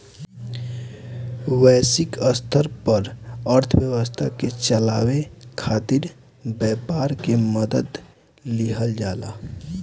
वैश्विक स्तर पर अर्थव्यवस्था के चलावे खातिर व्यापार के मदद लिहल जाला